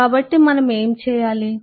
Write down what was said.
కాబట్టి మనం ఏమి చేయాలి